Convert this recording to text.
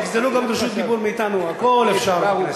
תגזלו גם את רשות הדיבור מאתנו, הכול אפשר.